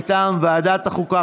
מטעם ועדת החוקה,